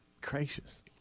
Gracious